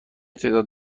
تعداد